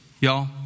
y'all